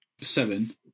seven